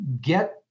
get